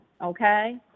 okay